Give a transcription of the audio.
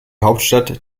hauptstadt